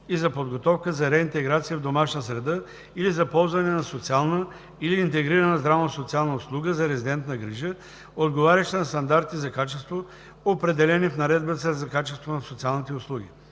и за подготовка за реинтеграция в домашна среда или за ползване на социална или интегрирана здравно-социална услуга за резидентна грижа, отговаряща на стандартите за качество, определени в Наредбата за качеството на социалните услуги.